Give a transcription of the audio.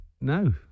No